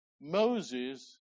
Moses